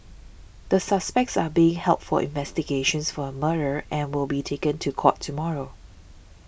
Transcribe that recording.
the suspects are being held for investigations for murder and will be taken to court tomorrow